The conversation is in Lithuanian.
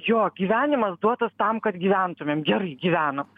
jo gyvenimas duotas tam kad gyventumėm gerai gyvenam